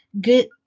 good